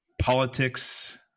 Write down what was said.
politics